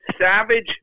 Savage